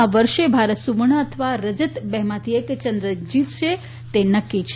આ વર્ષે ભારત સુવર્ણ અથવા રજત બેમાંથી એક ચંદ્રક જીતશે તે નકકી છે